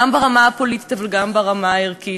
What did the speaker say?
גם ברמה הפוליטית אבל גם ברמה הערכית,